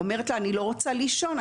אומרת לה: אני לא רוצה לישון,